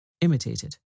Imitated